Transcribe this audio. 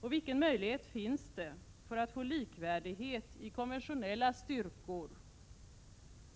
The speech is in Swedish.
Och vilken möjlighet finns det att få likvärdighet i konventionella styrkor